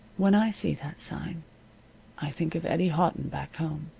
when i see that sign i think of eddie houghton back home.